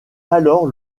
alors